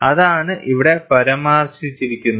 അതാണ് ഇവിടെ പരാമർശിച്ചിരിക്കുന്നത്